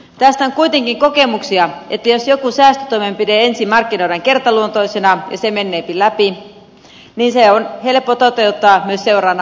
tästä on kuitenkin kokemuksia että jos joku säästötoimenpide ensin markkinoidaan kertaluonteisena ja se meneekin läpi niin se on helppo toteuttaa myös seuraavana vuonna uudestaan